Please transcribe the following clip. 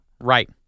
Right